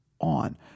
on